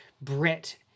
Brit